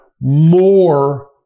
more